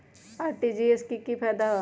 RTGS से की की फायदा बा?